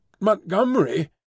montgomery